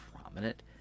prominent